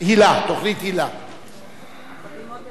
בבקשה,